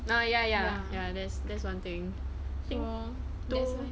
ya ya ya there's there's one thing